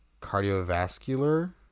cardiovascular